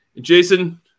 Jason